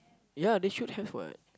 ya they should have what